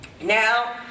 Now